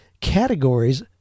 categories